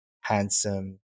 handsome